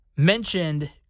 mentioned